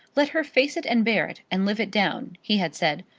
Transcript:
let her face it and bear it, and live it down, he had said.